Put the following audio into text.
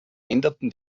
änderten